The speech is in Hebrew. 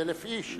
ל-350,000 איש.